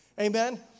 amen